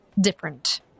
different